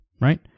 right